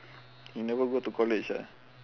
you never go to college ah